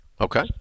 Okay